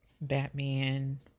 Batman